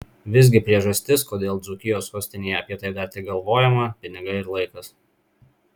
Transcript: visgi priežastis kodėl dzūkijos sostinėje apie tai dar tik galvojama pinigai ir laikas